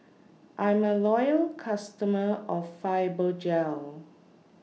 I'm A Loyal customer of Fibogel